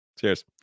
Cheers